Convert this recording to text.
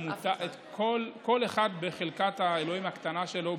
כל אחד בחלקת האלוהים הקטנה שלו,